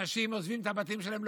אנשים עוזבים את הבתים שלהם,